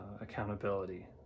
accountability